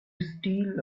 steal